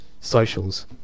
socials